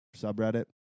subreddit